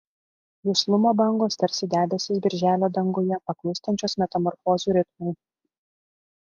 juslumo bangos tarsi debesys birželio danguje paklūstančios metamorfozių ritmui